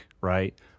right